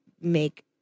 make